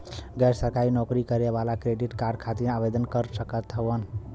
गैर सरकारी नौकरी करें वाला क्रेडिट कार्ड खातिर आवेदन कर सकत हवन?